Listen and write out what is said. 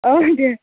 औ दे